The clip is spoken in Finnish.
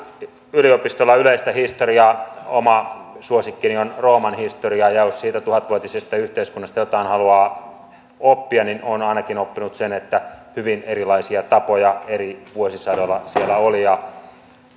yliopistolla yleistä historiaa oma suosikkini on rooman historia ja jos siitä tuhatvuotisesta yhteiskunnasta jotain haluaa oppia niin olen oppinut ainakin sen että siellä oli hyvin erilaisia tapoja eri vuosisadoilla ja